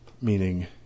meaning